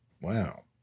Wow